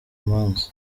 manza